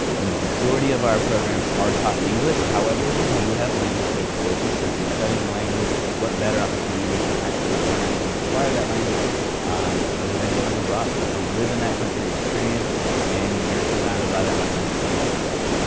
the majority of our programs are taught in english. however, we do have language base courses so if you're studying a language, what better opportunity to actually learn and acquire that language um other than going abroad. you know live in that country experience and you're surrounded by that language twenty four seven.